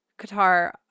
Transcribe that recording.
Qatar